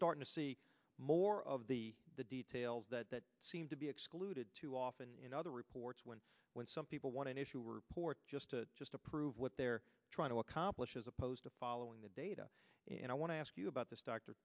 starting to see more of the the details that seem to be excluded too often in other reports when when some people want an issue or port just to just approve what they're trying to accomplish as opposed to following the data and i want to ask you about this doctor